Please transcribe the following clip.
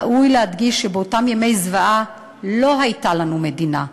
ראוי להדגיש שבאותם ימי זוועה לא הייתה לנו מדינה,